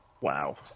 Wow